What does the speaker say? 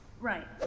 Right